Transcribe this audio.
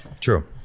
True